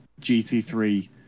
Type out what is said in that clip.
GT3